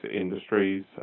industries